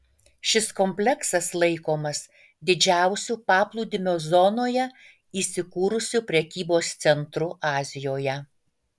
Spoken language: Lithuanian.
šis kompleksas laikomas didžiausiu paplūdimio zonoje įsikūrusiu prekybos centru azijoje